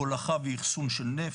להולכה ואחסון של נפט,